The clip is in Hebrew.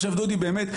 עכשיו דודי באמת,